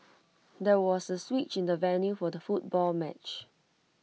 there was A switch in the venue for the football match